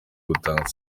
gutanga